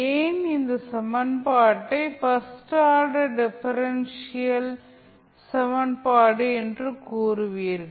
ஏன் இந்த சமன்பாட்டை பர்ஸ்ட் ஆர்டர் டிஃபரன்ஷியல் சமன்பாடு என்று கூறுவீர்கள்